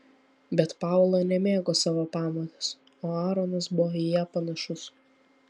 bet paula nemėgo savo pamotės o aaronas buvo į ją panašus